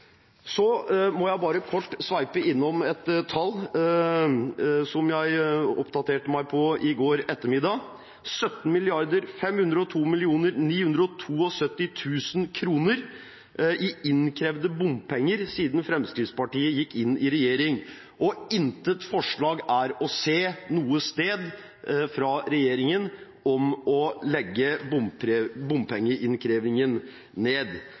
Så må jeg bare kort sveipe innom et tall som jeg oppdaterte meg på i går ettermiddag: 17 502 972 000 kr i innkrevde bompenger siden Fremskrittspartiet gikk inn i regjering – og intet forslag er å se noe sted fra regjeringen om å legge ned bompengeinnkrevingen.